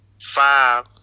five